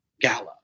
gala